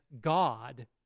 God